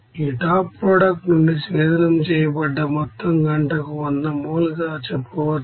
ఈ top product నుంచి స్వేదనం చేయబడ్డ మొత్తం గంటకు 100 మోల్ గా చెప్పవచ్చు